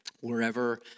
wherever